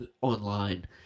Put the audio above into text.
online